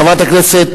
חברת הכנסת